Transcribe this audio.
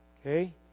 okay